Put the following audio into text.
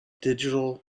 digital